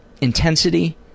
intensity